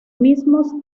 mismos